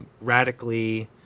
radically